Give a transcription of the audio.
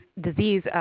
disease